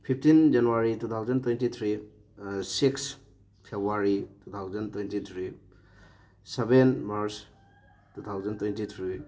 fifteen January two thousand twenty three six February two thousand twenty three seven March two thousand twenty three